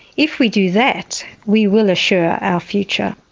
if we do that, we will assure our future.